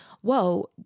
whoa